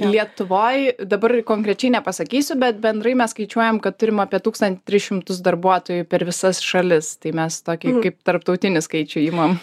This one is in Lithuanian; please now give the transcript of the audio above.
lietuvoj dabar konkrečiai nepasakysiu bet bendrai mes skaičiuojam kad turim apie tūkstantį tris šimtus darbuotojų per visas šalis tai mes tokį kaip tarptautinį skaičių imam